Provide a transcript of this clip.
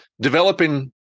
developing